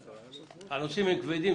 הנושאים הם כבדים.